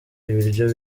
ibiryo